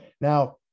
now